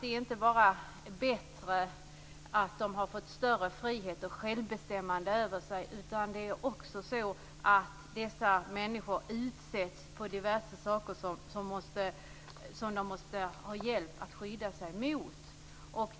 Det är inte bara bättre att de har fått större frihet och mer självbestämmande, utan dessa människor utsätts för sådant som de måste ha hjälp att skydda sig mot.